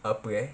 apa eh